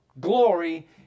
glory